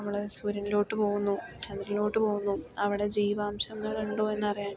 നമ്മള് സൂര്യനിലോട്ടു പോകുന്നു ചന്ദ്രനിലോട്ടു പോകുന്നു അവിടെ ജീവംശങ്ങളൊണ്ടോ എന്നറിയാൻ